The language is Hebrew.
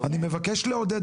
אני מבקש לעודד,